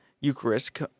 Eucharist